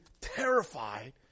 terrified